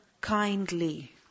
kindly